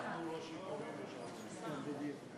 לברך את חבר הכנסת החדש שרון גל לאחר נאום הבכורה שלו במליאה.